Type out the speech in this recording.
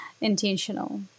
intentional